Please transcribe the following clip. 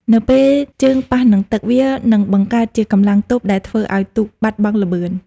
នៅពេលជើងប៉ះនឹងទឹក វានឹងបង្កើតជាកម្លាំងទប់ដែលធ្វើឱ្យទូកបាត់បង់ល្បឿន។